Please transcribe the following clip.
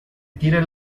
tire